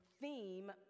theme